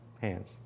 hands